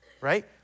right